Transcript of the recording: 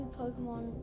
pokemon